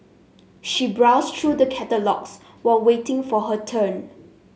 she browsed through the catalogues while waiting for her turn